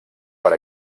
per